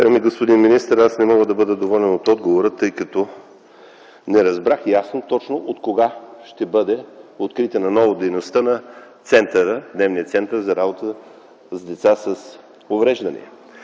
господин министър, аз не мога да бъде доволен от отговора, тъй като не разбрах ясно точно откога ще бъде открита отново дейността на Дневния център за работа с деца с увреждания.